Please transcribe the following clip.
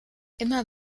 immer